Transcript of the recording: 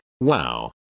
wow